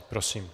Prosím.